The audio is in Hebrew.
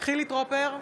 חילי טרופר,